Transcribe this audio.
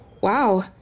Wow